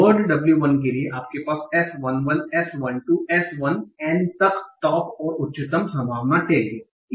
word w1 के लिए आपके पास s11 s12 s1 N तक टॉप और उच्चतम संभावना टैग हैं